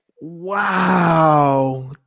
Wow